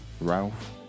ralph